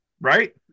right